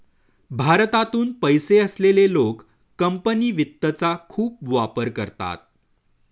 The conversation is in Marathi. भारतातून पैसे असलेले लोक कंपनी वित्तचा खूप वापर करतात